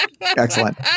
excellent